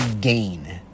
gain